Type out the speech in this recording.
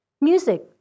Music